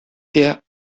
der